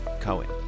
Cohen